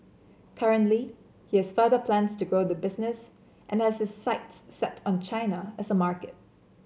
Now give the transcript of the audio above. currently he has further plans to grow the business and has his sights set on China as a market